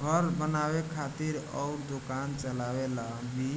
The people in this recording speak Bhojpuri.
घर बनावे खातिर अउर दोकान चलावे ला भी